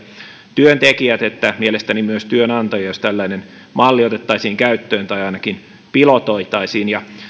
työntekijät että mielestäni myös työnantaja jos tällainen malli otettaisiin käyttöön tai ainakin pilotoitaisiin